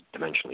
dimensionally